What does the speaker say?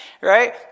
right